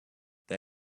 they